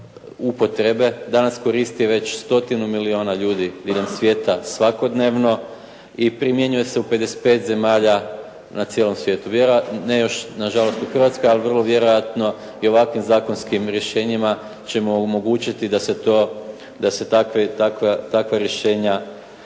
danas koristi već stotinu milijuna ljudi diljem svijeta svakodnevno i primjenjuje se u 55 zemalja na cijelom svijetu, ne još nažalost u Hrvatskoj, ali vrlo vjerojatno i ovakvim zakonskim rješenjima ćemo omogućiti da se takva rješenja